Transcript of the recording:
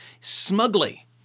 smugly